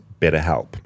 BetterHelp